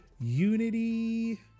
Unity